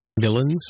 villains